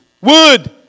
wood